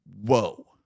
whoa